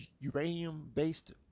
uranium-based